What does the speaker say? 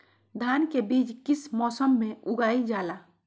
धान के बीज किस मौसम में उगाईल जाला?